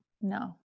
No